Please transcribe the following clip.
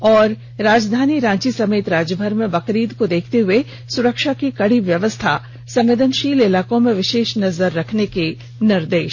और राजधानी रांची समेत राज्यभर में बकरीद को देखते हुए सुरक्षा की कड़ी व्यवस्था संवेदनशील इलाकों में विशेष नजर रखने का निर्देश